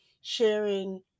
sharing